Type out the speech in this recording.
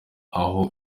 aho